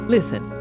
Listen